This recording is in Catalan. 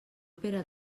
pere